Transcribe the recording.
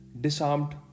disarmed